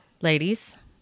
ladies